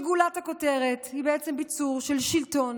וגולת הכותרת היא בעצם ביצור של שלטון